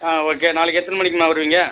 ஆ okay நாளைக்கு எத்தனை மணிக்கிம்மா வருவீங்க